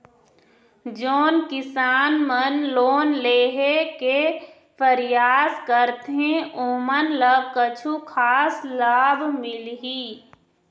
जोन किसान मन लोन लेहे के परयास करथें ओमन ला कछु खास लाभ मिलही?